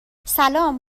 سلام